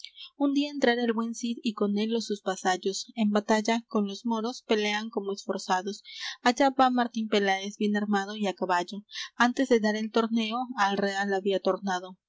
un día entrara el buen cid y con él los sus vasallos en batalla con los moros pelean como esforzados allá va martín peláez bien armado y á caballo antes de dar el torneo al real había tornado